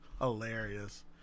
Hilarious